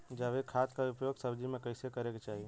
जैविक खाद क उपयोग सब्जी में कैसे करे के चाही?